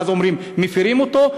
ואז אומרים: מפרים אותו,